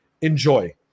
Enjoy